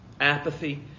Apathy